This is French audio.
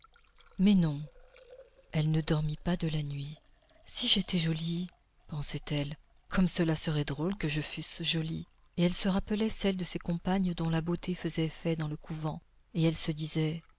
mais non elle ne dormit pas de la nuit si j'étais jolie pensait-elle comme cela serait drôle que je fusse jolie et elle se rappelait celles de ses compagnes dont la beauté faisait effet dans le couvent et elle se disait